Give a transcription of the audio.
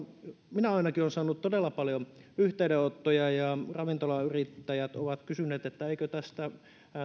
minä ainakin olen saanut todella paljon yhteydenottoja ja ravintolayrittäjät ovat kysyneet että eikö tästä